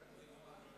אדוני היושב-ראש,